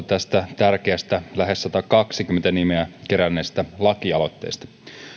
tästä tärkeästä lähes satakaksikymmentä nimeä keränneestä lakialoitteesta